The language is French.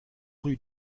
rue